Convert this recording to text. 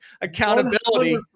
accountability